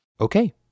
Okay